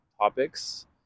topics